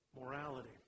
morality